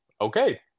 okay